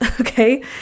Okay